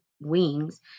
wings